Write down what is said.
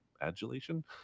adulation